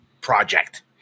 project